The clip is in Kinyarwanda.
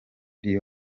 real